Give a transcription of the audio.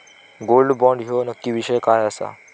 Gold bond ह्यो नक्की विषय काय आसा?